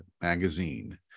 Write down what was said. magazine